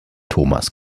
thomas